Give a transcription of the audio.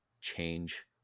change